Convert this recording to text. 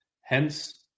Hence